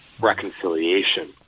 reconciliation